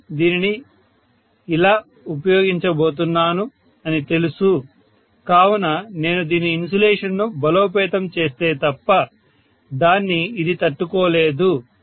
నేను దీనిని ఇలా ఉపయోగించబోతున్నాను అని తెలుసు కనుక నేను దీని ఇన్సులేషన్ను బలోపేతం చేస్తే తప్ప దాన్ని ఇది తట్టుకోలేదు